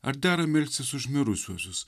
ar dera melstis už mirusiuosius